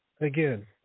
Again